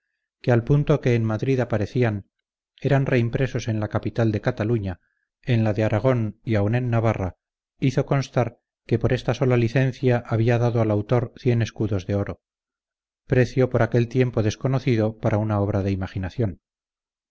que al punto que en madrid aparecían eran reimpresos en la capital de cataluña en la de aragón y aun en navarra hizo constar que por esta sola licencia había dado al autor cien escudos de oro precio por aquel tiempo desconocido para una obra de imaginación